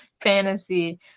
Fantasy